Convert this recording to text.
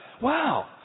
Wow